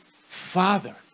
Father